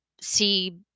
see